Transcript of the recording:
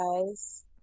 guys